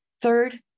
Third